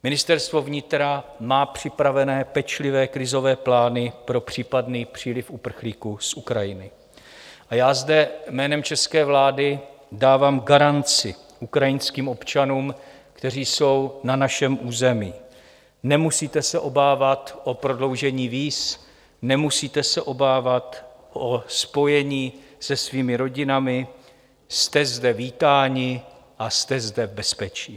Ministerstvo vnitra má připravené pečlivé krizové plány pro případný příliv uprchlíků z Ukrajiny a já zde jménem české vlády dávám garanci ukrajinským občanům, kteří jsou na našem území: nemusíte se obávat o prodloužení víz, nemusíte se obávat o spojení se svými rodinami, jste zde vítáni a jste zde v bezpečí.